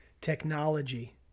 technology